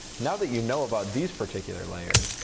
now that you know about these particular layers,